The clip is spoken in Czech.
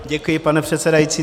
Děkuji, pane předsedající.